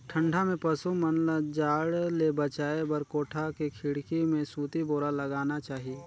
ठंडा में पसु मन ल जाड़ ले बचाये बर कोठा के खिड़की में सूती बोरा लगाना चाही